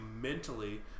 mentally